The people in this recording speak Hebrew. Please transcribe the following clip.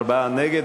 ארבעה נגד.